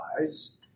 eyes